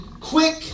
quick